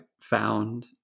found